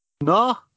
No